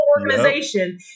organization